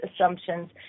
assumptions